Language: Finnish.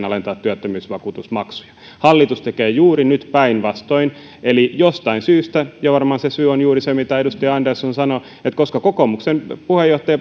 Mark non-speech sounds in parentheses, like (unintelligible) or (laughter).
(unintelligible) alentaa työttömyysvakuutusmaksuja hallitus tekee juuri nyt päinvastoin jostain syystä ja varmaan se syy on juuri se mitä edustaja andersson sanoi että koska kokoomuksen puheenjohtaja (unintelligible)